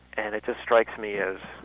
and it just strikes me as.